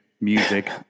music